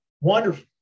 wonderful